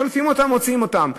שולפים אותם, מוציאים אותם.